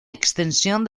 extensión